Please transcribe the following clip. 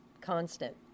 constant